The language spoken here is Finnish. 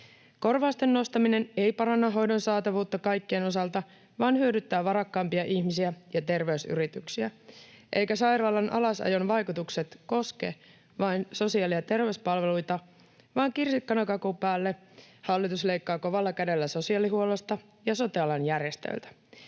Korvausten nostaminen ei paranna hoidon saatavuutta kaikkien osalta, vaan hyödyttää varakkaampia ihmisiä ja terveysyrityksiä. Sairaalan alasajon vaikutukset eivät koske vain sosiaali- ja terveyspalveluita, vaan kirsikkana kakun päälle hallitus leikkaa kovalla kädellä sosiaalihuollosta ja sote-alan järjestöiltä.